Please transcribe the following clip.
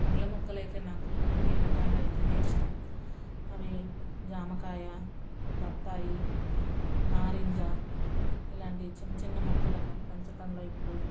పండ్ల మొక్కలు అయితే నాకు కొన్ని రకాలు అయితేనే ఇష్టం అవి జామకాయ బత్తాయి నారింజ ఇలాంటి చిన్న చిన్న మొక్కలను పెంచటంలో ఇప్పుడు